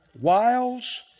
Wiles